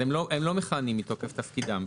הם לא מכהנים מתוקף תפקידם.